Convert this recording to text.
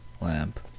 lamp